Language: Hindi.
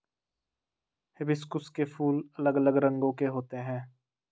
हिबिस्कुस के फूल अलग अलग रंगो के होते है